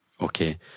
Okay